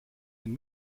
den